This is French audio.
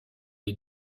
les